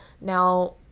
now